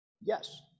Yes